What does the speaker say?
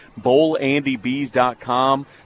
bowlandybees.com